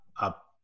up